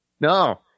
No